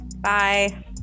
Bye